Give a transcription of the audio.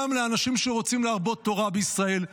גם לאנשים שרוצים להרבות תורה בישראל.